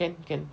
can can